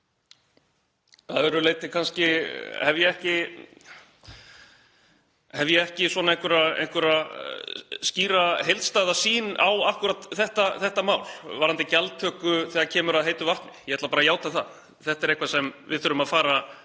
Að öðru leyti hef ég ekki svona einhverja skýra, heildstæða sýn á akkúrat þetta mál varðandi gjaldtöku þegar kemur að heitu vatni, ég ætla bara að játa það. Þetta er eitthvað sem við þurfum að fara